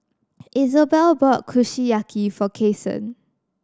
Isobel bought Kushiyaki for Kason